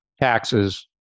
taxes